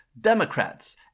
Democrats